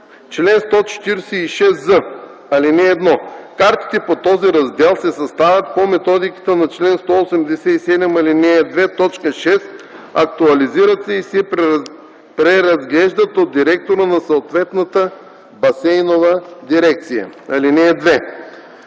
Чл. 146з. (1) Картите по този раздел се съставят по методиката по чл. 187, ал. 2, т. 6, актуализират се и се преразглеждат от директора на съответната басейнова дирекция. (2)